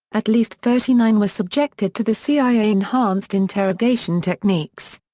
at least thirty nine were subjected to the cia enhanced interrogation techniques.